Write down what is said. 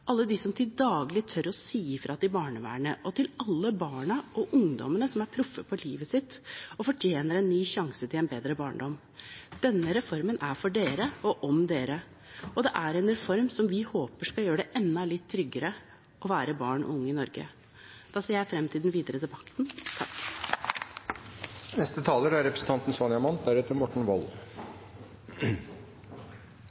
alle dem som til daglig tør å si fra til barnevernet – og til alle barna og ungdommene, som er proffe på livet sitt og fortjener en ny sjanse til en bedre barndom. Denne reformen er for dere og om dere – og det er en reform som vi håper skal gjøre det enda litt tryggere å være barn og ung i Norge. Jeg ser frem til den videre debatten.